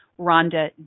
Rhonda